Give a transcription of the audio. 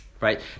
right